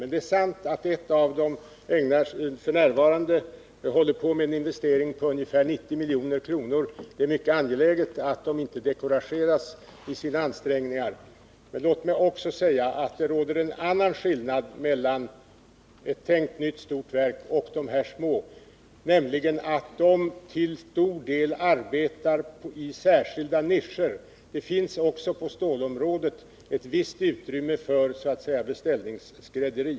Men det är sant att ett av dem f. n. investerar ungefär 90 milj.kr. Det är mycket angeläget att det inte dekourageras i sina ansträngningar. Låt mig också säga att det råder en annan skillnad mellan ett tänkt nytt stort verk och de små, nämligen att de senare till stor del arbetar i särskilda nischer; det finns också på stålområdet ett visst utrymme för låt mig kalla det beställningsskrädderi.